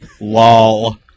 Lol